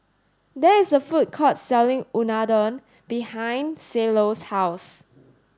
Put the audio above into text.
there is a food court selling Unadon behind Cielo's house